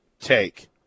take